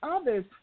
others